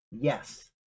yes